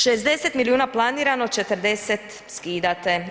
60 milijuna planirano, 40 skidate.